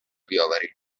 بیاورید